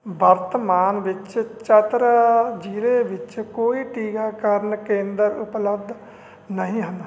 ਵਰਤਮਾਨ ਵਿੱਚ ਚਤਰਾ ਜ਼ਿਲ੍ਹੇ ਵਿੱਚ ਕੋਈ ਟੀਕਾਕਰਨ ਕੇਂਦਰ ਉਪਲਬਧ ਨਹੀਂ ਹਨ